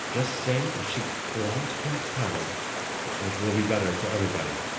just say the sheep belong to count piro it will be better for everybody